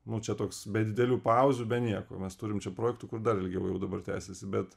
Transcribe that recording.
nu čia toks be didelių pauzių be nieko mes turim čia projektų kur dar ilgiau jau dabar tęsiasi bet